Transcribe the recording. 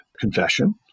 confession